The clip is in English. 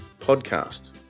podcast